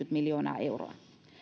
miljoonaa euroa